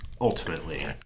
ultimately